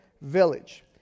village